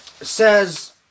says